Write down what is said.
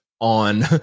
on